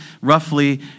roughly